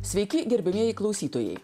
sveiki gerbiamieji klausytojai